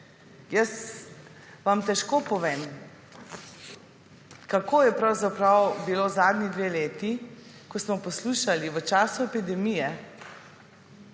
Jaz vam težko povem, kako je pravzaprav bilo zadnji dve leti, ko smo poslušali v času epidemije